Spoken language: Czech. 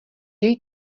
jej